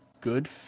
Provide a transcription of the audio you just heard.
good